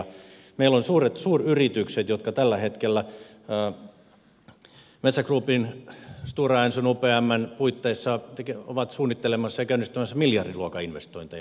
meillä on suuret suuryritykset jotka tällä hetkellä metsä groupin stora enson ja upmn puitteissa ovat suunnittelemassa ja käynnistämissä miljardiluokan investointeja